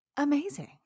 Amazing